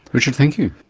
richard, thank you.